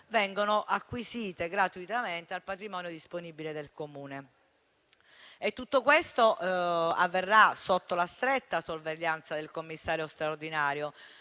vengono acquisite gratuitamente al patrimonio disponibile del Comune. Tutto questo avverrà sotto la stretta sorveglianza del commissario straordinario,